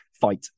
fight